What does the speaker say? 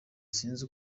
sinzi